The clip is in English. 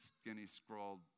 skinny-scrawled